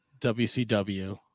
WCW